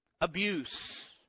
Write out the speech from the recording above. abuse